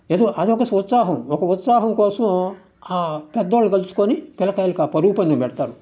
ఎదో అదొక ఉత్సాహం ఒక ఉత్సాహం కోసం ఆ పెద్దోళ్ళు కలుసుకొని పిల్లకాయలకి ఆ పరుగు పందెం పెడతారు